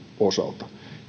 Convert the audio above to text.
osalta